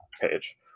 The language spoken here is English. page